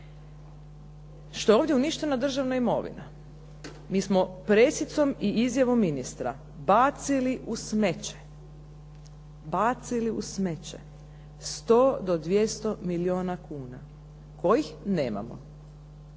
što je ovdje uništena državna imovina. Mi smo presicom i izjavom ministra bacili u smeće, bacili u smeće 100 do 200 milijona kuna kojih nemamo.